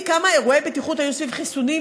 כמה אירועי בטיחות היו סביב חיסונים,